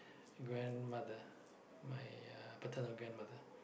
grandmother my uh paternal grandmother